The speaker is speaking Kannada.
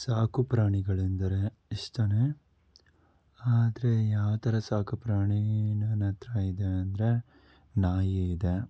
ಸಾಕುಪ್ರಾಣಿಗಳೆಂದರೆ ಇಷ್ಟವೇ ಆದರೆ ಯಾವ ಥರ ಸಾಕುಪ್ರಾಣಿ ನನ್ನ ಹತ್ತಿರ ಇದೆ ಅಂದರೆ ನಾಯಿ ಇದೆ